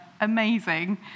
amazing